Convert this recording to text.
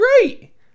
great